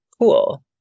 Cool